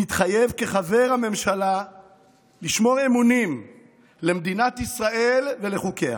מתחייב כחבר הממשלה לשמור אמונים למדינת ישראל ולחוקיה,